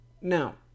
Now